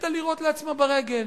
שהחליטה לירות לעצמה ברגל.